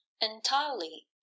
entirely